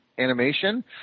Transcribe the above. animation